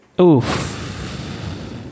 Oof